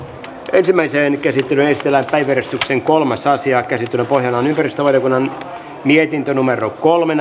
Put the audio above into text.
ensimmäiseen käsittelyyn esitellään päiväjärjestyksen kolmas asia käsittelyn pohjana on ympäristövaliokunnan mietintö kolme